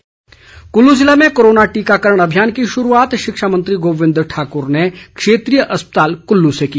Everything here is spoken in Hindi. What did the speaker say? गोविंद ठाक्र कुल्लू ज़िले में कोरोना टीकाकरण अभियान की शुरूआत शिक्षा मंत्री गोविंद ठाकुर ने क्षेत्रीय अस्पताल कल्लू से की